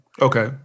okay